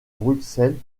bruxelles